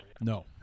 No